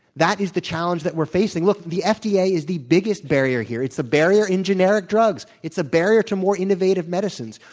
that is the challenge that we're facing. look, the fda yeah is the biggest barrier here. it's the barrier in generic drugs. it's a barrier to more innovative medicines.